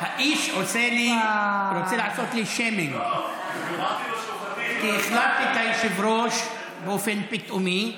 האיש רוצה לעשות לי שיימינג כי החלפתי את היושב-ראש באופן פתאומי.